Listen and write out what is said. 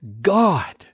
God